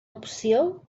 opció